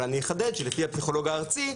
אבל אני אחדד שלפי הפסיכולוג הארצי,